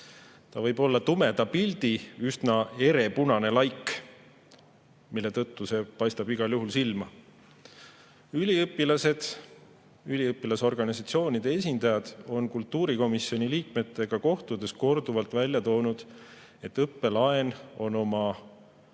See võib olla tumeda pildi üsna erepunane laik, mille tõttu see paistab igal juhul silma. Üliõpilased, üliõpilasorganisatsioonide esindajad on kultuurikomisjoni liikmetega kohtudes korduvalt välja toonud, et õppelaen on